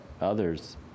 others